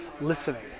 listening